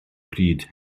pryd